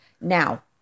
Now